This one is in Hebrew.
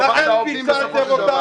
הפוך.